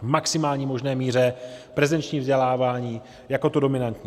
v maximální možné míře prezenční vzdělávání jako to dominantní.